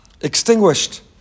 extinguished